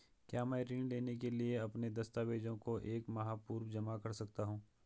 क्या मैं ऋण लेने के लिए अपने दस्तावेज़ों को एक माह पूर्व जमा कर सकता हूँ?